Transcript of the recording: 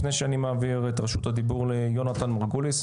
לפני שאני מעביר את רשות הדיבור ליונתן מרגוליס,